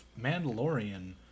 Mandalorian